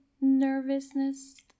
nervousness